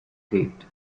state